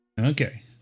Okay